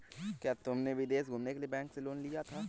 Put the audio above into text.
क्या तुमने विदेश घूमने के लिए बैंक से लोन लिया था?